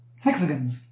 hexagons